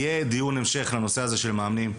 יהיה דיון המשך לנושא הזה של מאמנים,